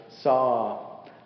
saw